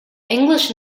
english